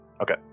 okay